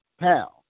pound